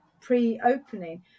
pre-opening